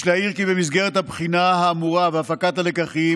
יש להעיר כי במסגרת הבחינה האמורה והפקת הלקחים